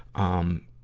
um,